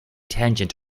tangent